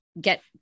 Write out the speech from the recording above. get